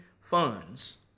funds